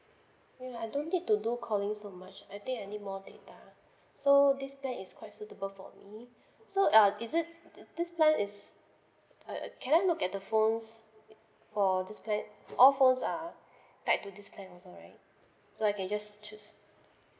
yeah I don't need to do calling so much I think I need more data so this plan is quite suitable for me so uh is it th~ this plan is uh can I look at the phones for this plan all phones are tag to this plan also right so I can just choose